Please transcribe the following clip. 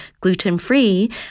gluten-free